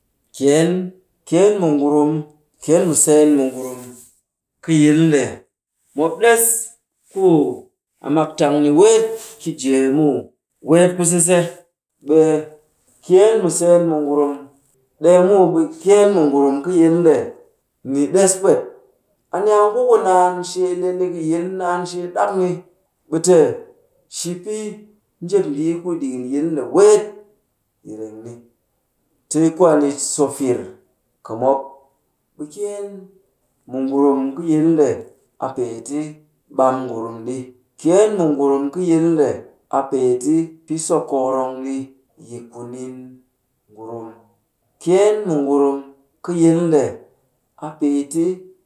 Kyeen mu ngurum ɗikin yil, kyeen mu ngurum, kyeen mu seen mu ngurum kɨ yil nde, mop ɗess ku a mak tang ni weet ki jee muw. weet ki sise, ɓe kyeen mu seen mu ngurum, ɗeng muw ɓe kyeen mu ngurum kɨ yil nde ni ɗess pwet. A ni a nguku naan shee le ni kɨ yil, naan shee ɗak ni. Ɓe te shi pɨ njep mbii ku ɗikin yil nde weet yi reng ni. Ti kwaani so fir kɨ mop. Ɓe kyeen mu ngurum kɨ yil nde a pee ti ɓam ngurum ɗi. Kyeen mu ngurun kɨ yil nde, a pee ti-ti so kokorong ɗi yi kunin ngurum. Kyeen mu ngurum kɨ yil nde a pee ti.